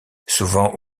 souvent